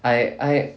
I I